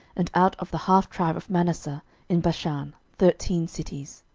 and out of the half tribe of manasseh in bashan, thirteen cities.